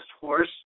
horse